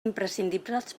imprescindibles